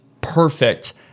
perfect